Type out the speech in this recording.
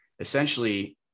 essentially